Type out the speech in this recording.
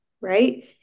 right